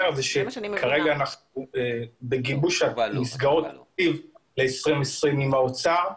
אני אומר שכרגע אנחנו בגיבוש מסגרות עיר ל-2020 עם האוצר.